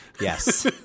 Yes